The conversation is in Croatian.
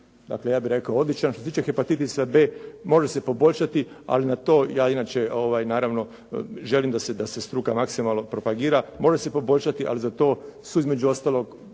Dakle, ja bih rekao odličan. Što se tiče hepatitisa b, može se poboljšati, ali na to ja inače naravno želim da se struka maksimalno propagira. Može se poboljšati, ali za to su između ostalog